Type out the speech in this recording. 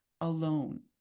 alone